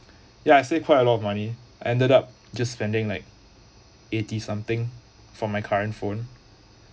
ya I saved quite a lot of money ended up just spending like eighty something for my current phone